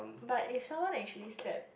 but if someone actually slapped